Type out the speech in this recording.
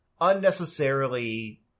unnecessarily